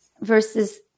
versus